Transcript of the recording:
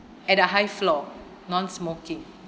at a high floor non smoking